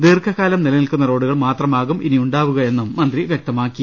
ദീർഘകാലം നിലനിൽക്കുന്ന റോഡുകൾ മാത്രമാകും ഇനി ഉണ്ടാവുക എന്നും മന്ത്രി വ്യക്തമാക്കി